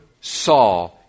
saw